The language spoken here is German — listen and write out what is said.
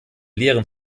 lehren